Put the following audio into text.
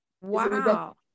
Wow